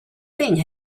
thing